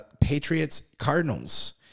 Patriots-Cardinals-